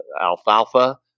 alfalfa